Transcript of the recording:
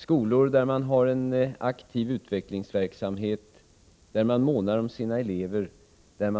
Det är skolor med en aktiv utvecklingsverksamhet, där man månar om sina elever